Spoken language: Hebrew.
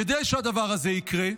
כדי שהדבר הזה יקרה,